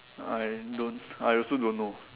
I don't I also don't know